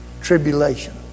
tribulation